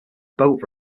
boat